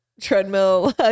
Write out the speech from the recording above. treadmill